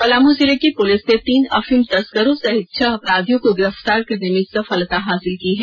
पलामू जिले की पुलिस ने तीन अफीम तस्करों सहित छह अपराधियों को गिरफ्तार करने में सफलता हासिल की है